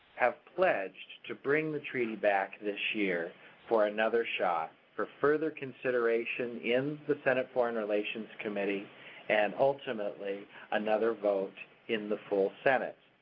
have pledged to bring the treaty back this year for another shot, for further consideration in the senate foreign relations committee and ultimately another vote in the full senate.